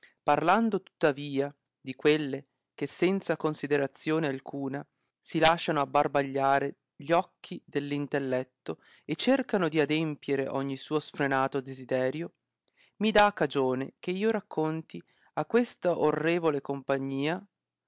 parlando tuttavia di quelle che senza considerazione alcuna si lasciano abbarbagliare gli occhi dell intelletto e cercano di adempire ogni suo sfrenato desiderio mi dà cagione che io racconti a questa orrevole compagnia